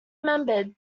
remembered